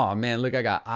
um man, look i got,